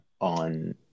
on